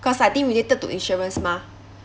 cause I think related to insurance mah